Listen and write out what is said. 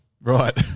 Right